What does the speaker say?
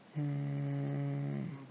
hmm